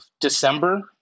December